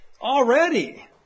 already